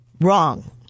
wrong